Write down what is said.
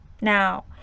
Now